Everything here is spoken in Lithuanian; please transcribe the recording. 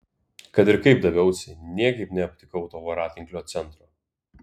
kad ir kaip daviausi niekaip neaptikau to voratinklio centro